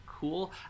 cool